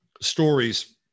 stories